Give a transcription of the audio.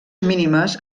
mínimes